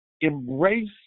embrace